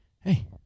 Hey